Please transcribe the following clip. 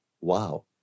wow